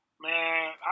Man